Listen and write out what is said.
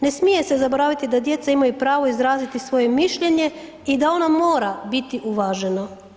Ne smije se zaboraviti da djeca imaju pravo izraziti svoje mišljenje i da ono mora biti uvaženo.